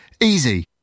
Easy